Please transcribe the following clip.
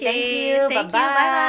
okay thank you bye bye